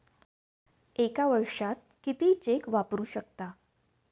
एका वर्षात किती चेक वापरू शकता?